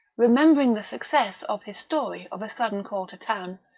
remembering the success of his story of a sudden call to town,